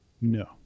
No